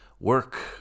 Work